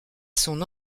son